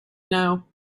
know